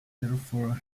therefore